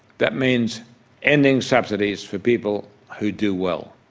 that means ending subsidies for people who do well.